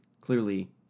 clearly